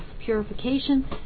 purification